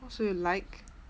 so you like